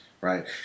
right